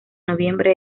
noviembre